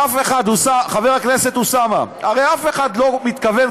חבר הכנסת אוסאמה הרי אף אחד לא מתכוון